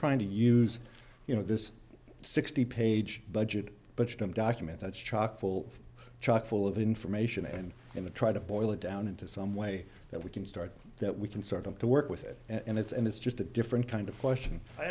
trying to use you know this sixty page budget but document that's chock full chock full of information and imma try to boil it down into some way that we can start to we can sort of to work with it and it's and it's just a different kind of question i